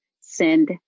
send